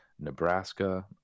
Nebraska